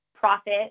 profit